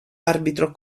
arbitro